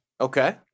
Okay